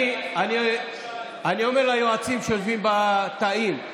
אני אומר ליועצים שיושבים בתאים: